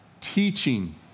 teaching